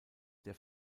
der